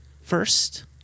first